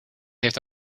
heeft